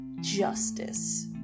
justice